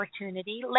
opportunity